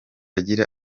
agira